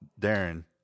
Darren